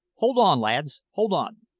hold on, lads, hold on!